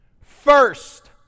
first